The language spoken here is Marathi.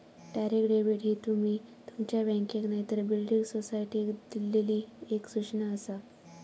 डायरेक्ट डेबिट ही तुमी तुमच्या बँकेक नायतर बिल्डिंग सोसायटीक दिल्लली एक सूचना आसा